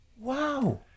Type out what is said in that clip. Wow